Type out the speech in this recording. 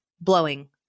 blowing